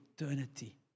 eternity